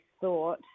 thought